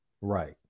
Right